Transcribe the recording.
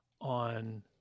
on